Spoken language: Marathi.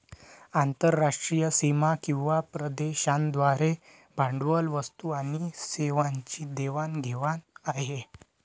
आंतरराष्ट्रीय सीमा किंवा प्रदेशांद्वारे भांडवल, वस्तू आणि सेवांची देवाण घेवाण आहे